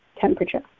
temperature